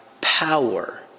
power